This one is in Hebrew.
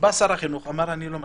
אמר שר החינוך: אני לא מסכים,